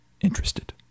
interested